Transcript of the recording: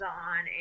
on